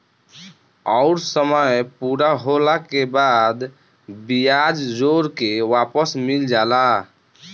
अउर समय पूरा होला के बाद बियाज जोड़ के वापस मिल जाला